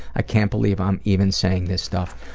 i can't believe i'm even saying this stuff.